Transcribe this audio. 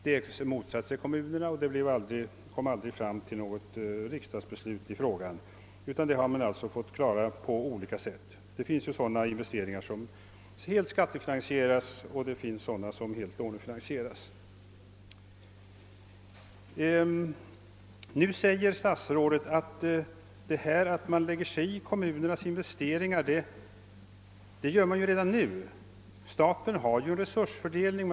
Detta motsatte sig kommunerna emellertid, och frågan kom aldrig fram till något beslut i riksdagen. Den saken har därför fått klaras på olika sätt. Det finns ju investeringar som helt skattefinansi-- eras och sådana som helt lånefinansieras. Nu säger statsrådet att detta att man lägger sig i kommunernas investeringar också förekommer nu. Staten har en resursfördelning.